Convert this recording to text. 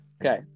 Okay